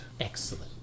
Excellent